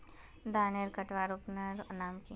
धानेर कटवार उपकरनेर नाम की?